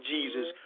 Jesus